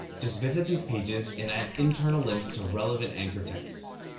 just visit these pages, and add internal links to relevant anchors texts.